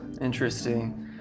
Interesting